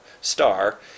star